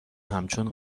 همچون